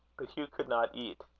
but hugh could not eat.